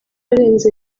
arenze